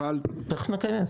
אבל --- תיכף נקיים.